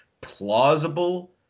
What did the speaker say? plausible